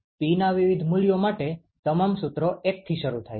Pના વિવિધ મૂલ્યો માટે તમામ સુત્રો 1થી શરૂ થાય છે